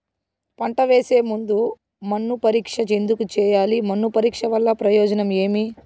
పంట వేసే ముందు మన్ను పరీక్ష ఎందుకు చేయాలి? మన్ను పరీక్ష వల్ల ప్రయోజనం ఏమి?